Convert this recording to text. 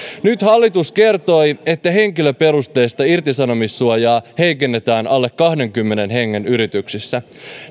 nyt hallitus kertoi että henkilöperusteista irtisanomissuojaa heikennetään alle kahdenkymmenen hengen yrityksissä